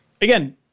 again